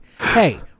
hey